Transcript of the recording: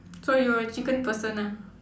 so you're a chicken person ah